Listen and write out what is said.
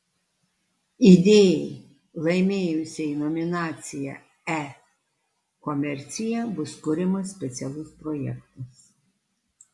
idėjai laimėjusiai nominaciją e komercija bus kuriamas specialus projektas